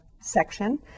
section